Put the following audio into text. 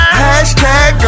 hashtag